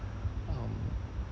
um